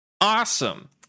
Awesome